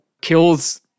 kills